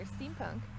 Steampunk